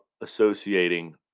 associating